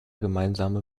gemeinsame